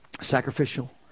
Sacrificial